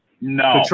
No